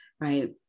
right